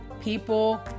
people